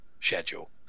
schedule